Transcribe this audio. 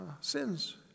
sins